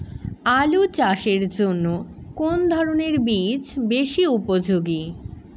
আলু চাষের জন্য কোন ধরণের বীজ বেশি উপযোগী?